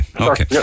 okay